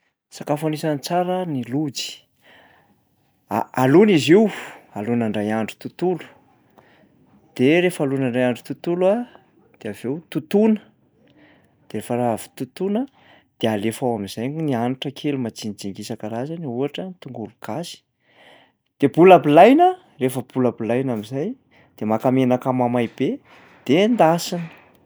Sakafo anisan'ny tsara ny lojy a- alona izy io, alona ndray andro tontolo. De rehefa alona ndray andro tontolo a, de avy eo totoina, de rehefa raha avy totoina de alefa ao am'zay ny hanitra kely majinijinika isan-karazany ohatra tongolo gasy de bolabolaina, rehefa bolabolaina am'zay de maka menaka mamay be de endasina.